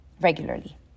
regularly